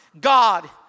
God